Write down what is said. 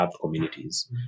communities